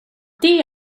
det